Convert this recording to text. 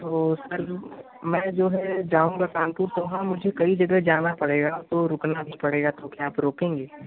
तो सर जो मैं जो है जाऊँगा कानपुर तो वहाँ मुझे कई जगह जाना पड़ेगा तो रुकना भी पड़ेगा तो क्या आप रुकेंगे